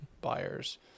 buyers